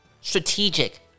strategic